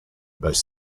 most